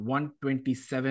127